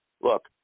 look